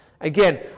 Again